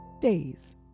days